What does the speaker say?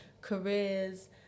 careers